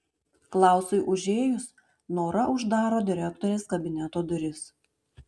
klausui užėjus nora uždaro direktorės kabineto duris